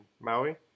Maui